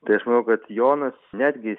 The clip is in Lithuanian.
tai aš manau kad jonas netgi